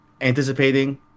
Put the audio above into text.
anticipating